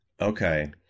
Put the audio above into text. Okay